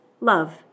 love